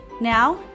Now